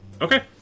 Okay